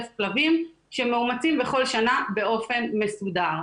כלבים שמאומצים בכל שנה באופן מסודר.